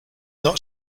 not